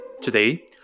Today